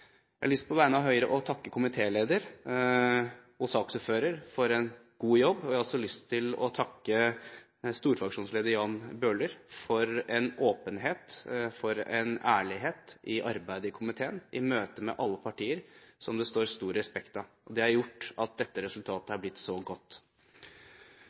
Jeg har lyst til på vegne av Høyre å takke komitéleder og saksordfører for en god jobb, og jeg har også lyst til å takke storfraksjonslederen, Jan Bøhler, for en åpenhet og ærlighet i arbeidet i komiteen – i møtet med alle partier – som det står stor respekt av. Det har gjort at dette resultatet